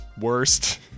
worst